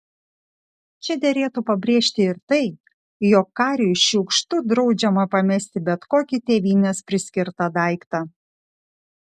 čia derėtų pabrėžti ir tai jog kariui šiukštu draudžiama pamesti bet kokį tėvynės priskirtą daiktą